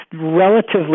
relatively